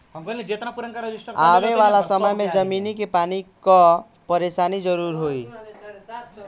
आवे वाला समय में जमीनी के पानी कअ परेशानी जरूर होई